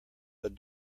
but